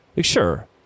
Sure